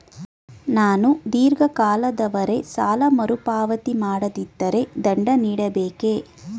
ನಾನು ಧೀರ್ಘ ಕಾಲದವರೆ ಸಾಲ ಮರುಪಾವತಿ ಮಾಡದಿದ್ದರೆ ದಂಡ ನೀಡಬೇಕೇ?